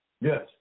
Yes